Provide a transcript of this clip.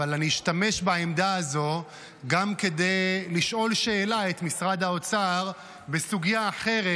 אבל אני אשתמש בעמדה הזאת גם כדי לשאול שאלה את משרד האוצר בסוגיה אחרת,